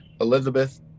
Elizabeth